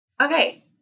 Okay